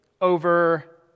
over